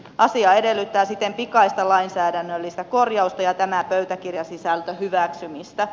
asia edellyttää siten pikaista lainsäädännöllistä korjausta ja tämä pöytäkirjasisältö hyväksymistä